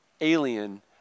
alien